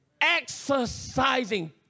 Exercising